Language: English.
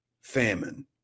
famine